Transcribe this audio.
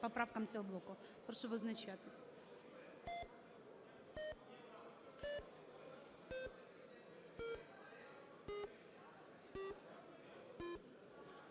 поправкам цього блоку. Прошу визначатись.